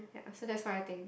yeah so that's what I think